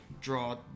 draw